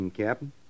Captain